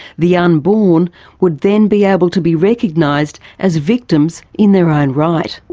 the unborn would then be able to be recognised as victims in their own right.